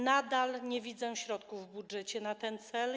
Nadal nie widzę środków w budżecie na ten cel.